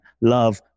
love